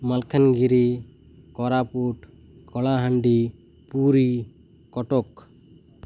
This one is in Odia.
ମାଲକାନଗିରି କୋରାପୁଟ କଳାହାଣ୍ଡି ପୁରୀ କଟକ